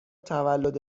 تولد